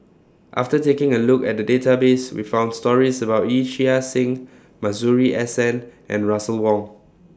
after taking A Look At The Database We found stories about Yee Chia Hsing Masuri S N and Russel Wong